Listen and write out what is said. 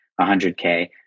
100K